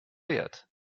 wert